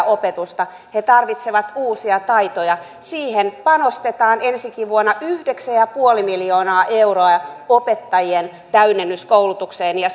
opetusta tarvitsevat uusia taitoja siihen panostetaan ensi vuonnakin yhdeksän pilkku viisi miljoonaa euroa opettajien täydennyskoulutukseen ja